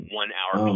one-hour